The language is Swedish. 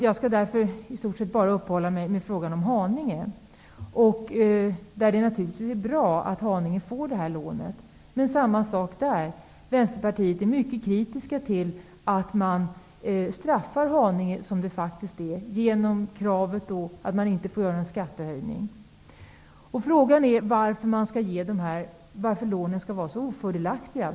Jag skall i stort sett endast uppehålla mig vid frågan om Haninge kommun. Det är naturligtvis bra att Haninge får lånet. Men även här är vi i Vänsterpartiet mycket kritiska mot att Haninge straffas genom krav på att kommunen inte får genomföra en skattehöjning. Frågan är varför lånen skall vara så ofördelaktiga.